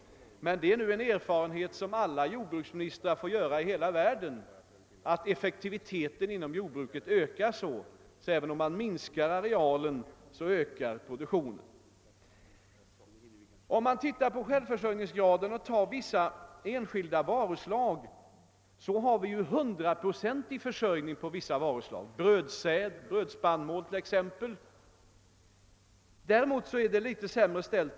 Det är emellertid en erfarenhet, som alla jordbruksministrar i hela världen gjort, att effektiviteten inom jordbruket stiger, och även om man minskar arealen ökar ändå produktionen. Vad självförsörjningsgraden av vissa enskilda varuslag angår har vi 100-pro centig försörjning, t.ex. när det gäller brödspannmål. I fråga om socker och margarin är det däremot något sämre ställt.